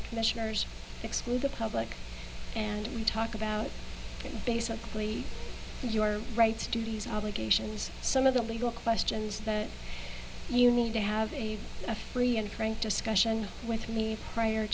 the commissioners exclude the public and you talk about basically your rights duties obligations some of the legal questions that you need to have a free and frank discussion with me prior